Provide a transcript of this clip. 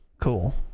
Cool